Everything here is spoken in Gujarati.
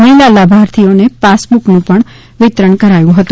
મહિલા લાભાર્થીને પાસબુકનું પણ વિતરણ કર્યું હતું